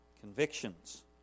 convictions